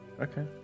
Okay